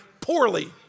poorly